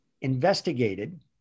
investigated